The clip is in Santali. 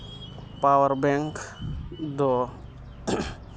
ᱯᱟᱣᱟᱨ ᱵᱮᱝᱠ ᱫᱚ